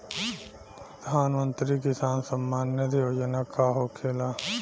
प्रधानमंत्री किसान सम्मान निधि योजना का होखेला?